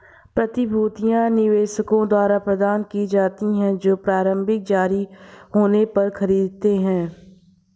प्रतिभूतियां निवेशकों द्वारा प्रदान की जाती हैं जो प्रारंभिक जारी होने पर खरीदते हैं